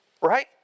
Right